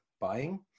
buying